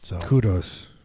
Kudos